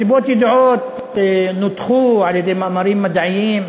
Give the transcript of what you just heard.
הסיבות ידועות, ונותחו במאמרים מדעיים ואקדמיים.